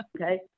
Okay